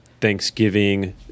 Thanksgiving